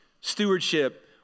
stewardship